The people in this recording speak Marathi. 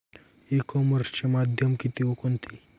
ई कॉमर्सचे माध्यम किती व कोणते?